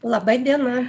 laba diena